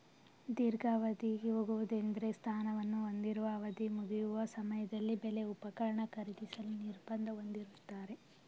ದೀರ್ಘಾವಧಿಗೆ ಹೋಗುವುದೆಂದ್ರೆ ಸ್ಥಾನವನ್ನು ಹೊಂದಿರುವ ಅವಧಿಮುಗಿಯುವ ಸಮಯದಲ್ಲಿ ಬೆಲೆ ಉಪಕರಣ ಖರೀದಿಸಲು ನಿರ್ಬಂಧ ಹೊಂದಿರುತ್ತಾರೆ